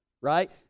right